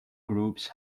groups